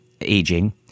aging